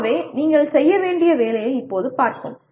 ஆகவே நீங்கள் செய்ய வேண்டிய வேலையை இப்போது பார்ப்போம்